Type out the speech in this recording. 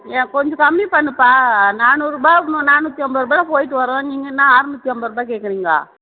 ஏன் கொஞ்சம் கம்மி பண்ணுப்பா நானூறுரூபா நானூற்றைம்பது ரூபாயில் போய்ட்டு வர்றோம் நீங்கள் என்ன அற்நூத்தி ஐம்பதுரூவா கேட்குறீங்க